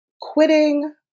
quitting